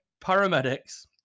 paramedics